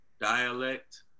dialect